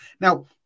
Now